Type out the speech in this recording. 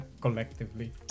Collectively